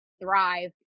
thrive